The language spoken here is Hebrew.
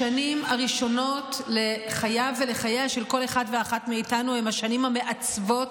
השנים הראשונות לחייו ולחייה של כל אחד ואחת מאיתנו הן השנים המעצבות,